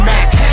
Max